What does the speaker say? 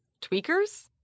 Tweakers